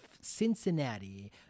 Cincinnati